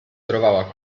trovava